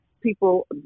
people